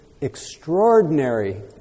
extraordinary